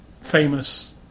famous